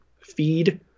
feed